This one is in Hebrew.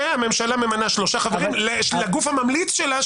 שהממשלה ממנה שלושה חברים לגוף הממליץ שלה,